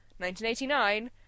1989